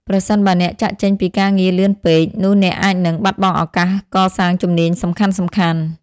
ប្រសិនបើអ្នក ចាកចេញពីការងារលឿនពេក នោះអ្នកអាចនឹង បាត់បង់ឱកាសកសាងជំនាញសំខាន់ៗ។